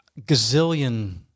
gazillion